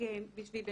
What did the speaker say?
הוא רוצה לצאת,